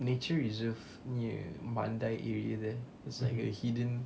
nature reserve near mandai area there it's like a hidden